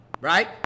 Right